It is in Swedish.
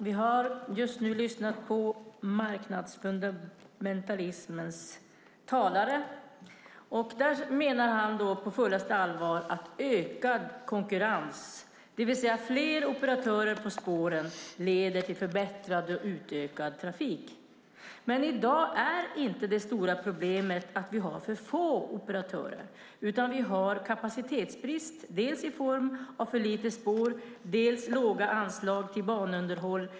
Fru talman! Vi har just lyssnat på marknadsfundamentalismens talare. Han menar på fullaste allvar att ökad konkurrens, det vill säga fler operatörer på spåren, leder till förbättrad och utökad trafik. I dag är dock inte det stora problemet att vi har för få operatörer. Vi har i stället kapacitetsbrist, dels i form av för lite spår och dels i form av låga anslag till banunderhåll.